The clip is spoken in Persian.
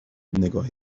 نگاهی